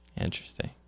Interesting